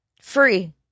Free